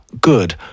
good